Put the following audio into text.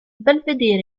belvedere